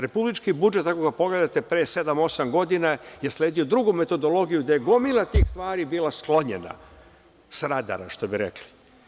Republički budžet, ako pogledate pre sedam, osam godina je sledio drugu metodologiju, da je gomila tih stvari bila sklonjena sa radara, što bi rekli.